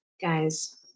guys